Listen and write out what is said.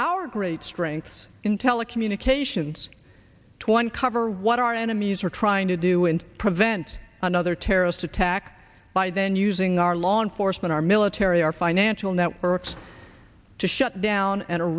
our great strengths in telecommunications twenty cover what our enemies are trying to do and prevent another terrorist attack by then using our law enforcement our military our financial networks to shut down a